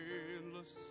endless